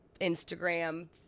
Instagram